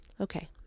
Okay